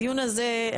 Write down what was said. הדיון הזה,